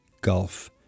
gulf